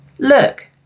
Look